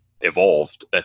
evolved